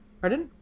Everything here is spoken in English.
Pardon